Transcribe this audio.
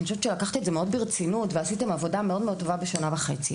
לקחת את זה מאוד ברצינות ועשיתם עבודה מאוד מאוד טובה בשנה וחצי.